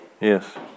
Yes